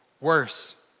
worse